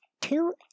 two